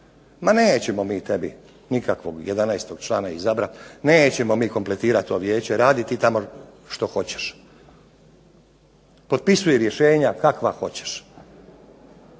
Ma nećemo mi tebi nikakvog 11. člana izabrat, nećemo mi kompletirat to vijeće, radi ti tamo što hoćeš. Potpisuj rješenja kakva hoćeš.